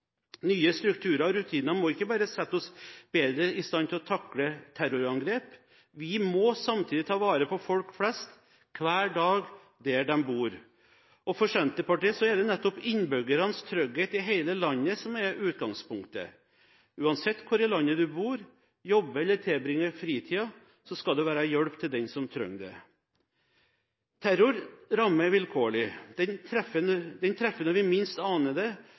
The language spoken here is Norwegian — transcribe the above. Nye strukturer og rutiner må ikke bare sette oss bedre i stand til å takle terrorangrep. Vi må samtidig ta vare på folk flest – hver dag – der de bor. For Senterpartiet er det nettopp innbyggernes trygghet i hele landet som er utgangspunktet. Uansett hvor i landet man bor, jobber eller tilbringer fritiden, skal det være hjelp til den som trenger det. Terror rammer vilkårlig. Den treffer når vi minst aner det, og der vi